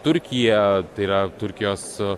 turkiją yra turkijos